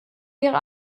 wäre